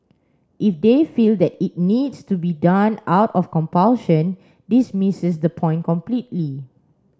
if they feel that it needs to be done out of compulsion this misses the point completely